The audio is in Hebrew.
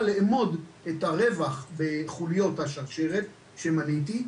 לאמוד את הרווח בחוליות השרשרת שמניתי,